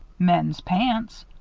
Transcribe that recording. men's pants,